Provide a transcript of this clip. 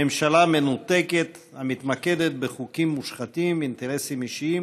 ממשלה מנותקת המתמקדת בחוקים מושחתים ובאינטרסים אישיים